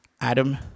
Adam